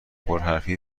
پرحرفی